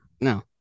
no